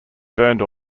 burned